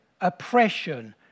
oppression